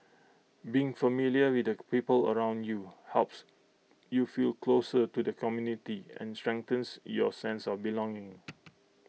being familiar with the people around you helps you feel closer to the community and strengthens your sense of belonging